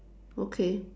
okay